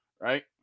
right